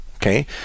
Okay